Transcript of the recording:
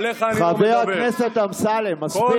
חבר הכנסת אמסלם, חבר הכנסת אמסלם, מספיק.